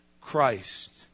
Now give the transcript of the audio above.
Christ